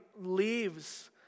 leaves